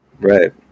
Right